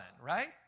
right